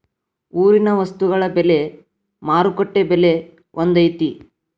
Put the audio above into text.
ಊರಿನ ವಸ್ತುಗಳ ಬೆಲೆ ಮಾರುಕಟ್ಟೆ ಬೆಲೆ ಒಂದ್ ಐತಿ?